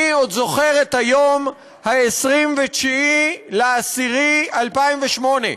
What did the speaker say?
אני עוד זוכר את היום, 29 באוקטובר 2008,